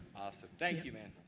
awesome, thank you man.